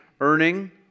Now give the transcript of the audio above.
earning